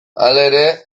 halere